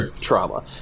trauma